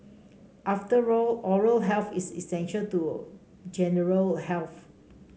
after all oral health is essential to general health